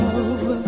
Love